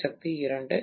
C சக்தி 2